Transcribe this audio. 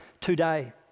today